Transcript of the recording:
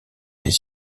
des